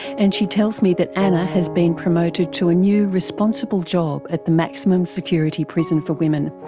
and she tells me that anna has been promoted to a new responsible job at the maximum security prison for women,